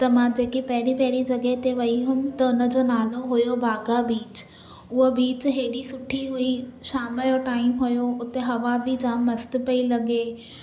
त मां जेके पहिरीं पहिरीं जॻह ते वई हुयमि त हुनजो नालो हुयो भागा बीच हूह बीच एॾी सुठी हुई शाम जो टाइम हुयो हुते हवा बि जाम मस्तु पई लॻे